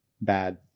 bad